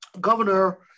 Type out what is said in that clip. governor